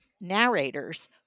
narrators